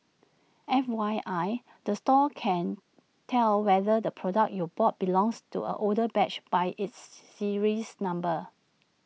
F Y I the store can tell whether the product you bought belongs to an older batch by its serials number